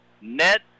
net